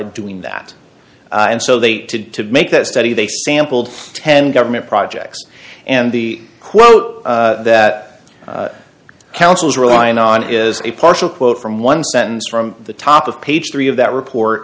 doing that and so they had to make that study they sampled ten government projects and the quote that counsels relying on is a partial quote from one sentence from the top of page three of that report